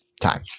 time